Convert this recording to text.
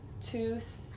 tooth